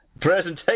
presentation